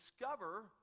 discover